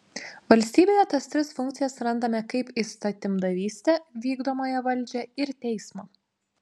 valstybėje tas tris funkcijas randame kaip įstatymdavystę vykdomąją valdžią ir teismą